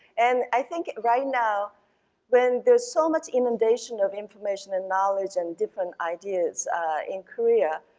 and i think right now when there is so much inundation of information and knowledge and different ideas in korea,